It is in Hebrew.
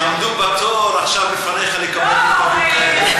יעמדו בתור עכשיו לפניך לקבל מכתבים כאלה.